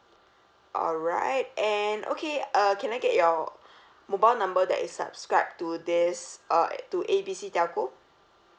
alright and okay uh can I get your mobile number that is subscribed to this is uh to A B C telco